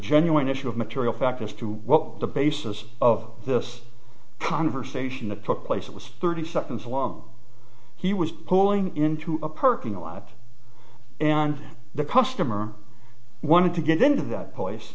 genuine issue of material fact as to what the basis of this conversation that took place was thirty seconds long he was pulling into a parking lot and the customer wanted to get into that place